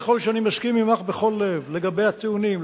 ככל שאני אסכים עמך בכל לב לגבי הטיעונים,